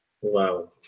Wow